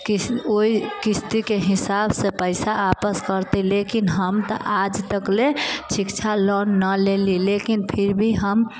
किश्त ओहि किश्तके हिसाबसँ पैसा आपस करतै लेकिन हम तऽ आज तकले शिक्षा लोन नहि लेली लेकिन फिर भी हम